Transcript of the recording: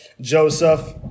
Joseph